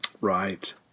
Right